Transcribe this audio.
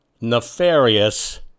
nefarious